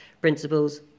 principles